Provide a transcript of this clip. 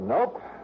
Nope